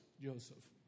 Joseph